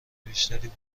بیشتری